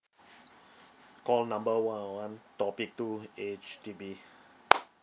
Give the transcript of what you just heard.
call number uh one topic two H_D_B